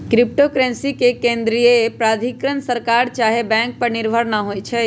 crypto currency के केंद्रीय प्राधिकरण सरकार चाहे बैंक पर निर्भर न होइ छइ